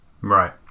Right